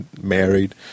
married